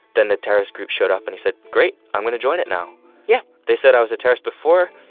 then the terrorist group showed up, and he said, great. i'm going to join it now yeah they said i was a terrorist before.